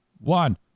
one